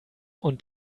und